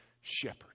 shepherd